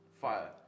fire